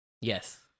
yes